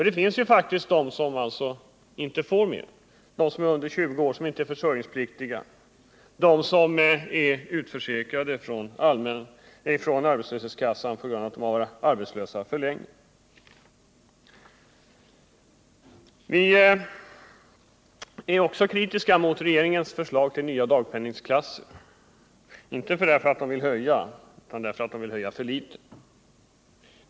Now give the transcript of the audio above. Det finns faktiskt de som inte får mer, nämligen de som är under 20 år och de som inte är försörjningspliktiga samt de som är utförsäkrade från arbetslöshetskassan på grund av att de har varit arbetslösa för länge. Vi är också kritiska mot regeringens förslag till nya dagpenningklasser, inte därför att regeringen inte vill höja dem, utan därför att regeringen vill höja dem för litet.